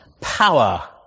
power